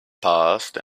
passed